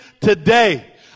today